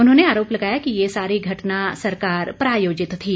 उन्होंने आरोप लगाया कि ये सारी घटना सरकार प्रायोजित थी